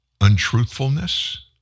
untruthfulness